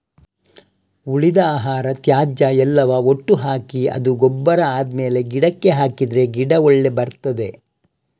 ಉಳಿದ ಆಹಾರ, ತ್ಯಾಜ್ಯ ಎಲ್ಲವ ಒಟ್ಟು ಹಾಕಿ ಅದು ಗೊಬ್ಬರ ಆದ್ಮೇಲೆ ಗಿಡಕ್ಕೆ ಹಾಕಿದ್ರೆ ಗಿಡ ಒಳ್ಳೆ ಬರ್ತದೆ